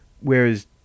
Whereas